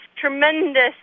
tremendous